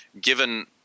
given